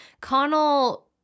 Connell